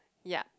ya